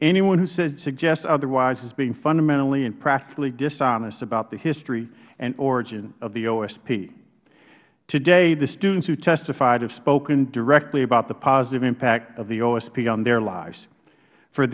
anyone who suggests otherwise is being fundamentally and practically dishonest about the history and origin of the osp today the students who testified have spoken directly about the positive impact of the osp on their lives for